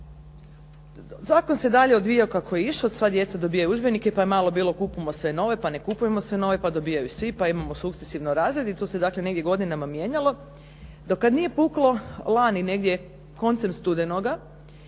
Zakon se dalje odvija kako je išao, sva djeca dobijaju udžbenike, pa je malo bilo kupimo sve nove, pa ne kupujmo sve nove, pa dobijaju svi, pa imamo sukcesivno …/Govornica se ne razumije./… se dakle negdje godinama mijenjalo, do kad nije puklo lani negdje koncem studenoga